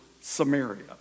Samaria